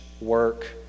work